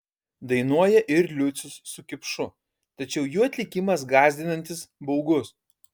dainuoja ir liucius su kipšu tačiau jų atlikimas gąsdinantis baugus